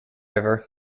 river